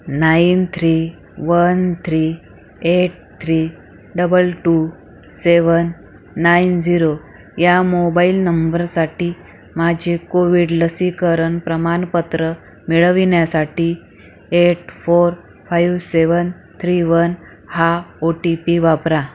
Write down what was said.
nine three one three eight three double two seven nine zero या mobile नंबरसाठी माझे covid लसीकरण प्रमाणपत्र मिळवण्यासाठी eight four five seven three one हा ओटीपी वापरा